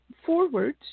Forward